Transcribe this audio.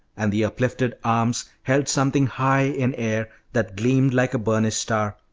and the uplifted arms held something high in air that gleamed like a burnished star,